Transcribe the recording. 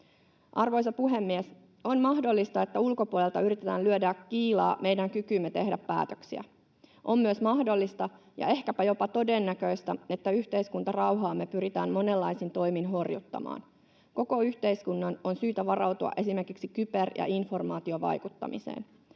Arvoisa puhemies! On mahdollista, että ulkopuolelta yritetään lyödä kiilaa meidän kykyymme tehdä päätöksiä. On myös mahdollista ja ehkäpä jopa todennäköistä, että yhteiskuntarauhaamme pyritään monenlaisin toimin horjuttamaan. Koko yhteiskunnan on syytä varautua esimerkiksi kyber- ja informaatiovaikuttamiseen.